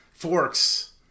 Forks